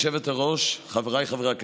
היושבת-ראש, חבריי חברי הכנסת,